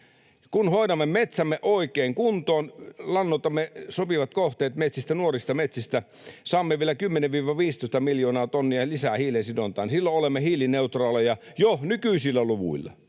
Kun hoidamme metsämme oikein kuntoon ja lannoitamme sopivat kohteet nuorista metsistä, niin saamme vielä 10—15 miljoonaa tonnia lisää hiilensidontaan. Silloin olemme hiilineutraaleja, jo nykyisillä luvuilla,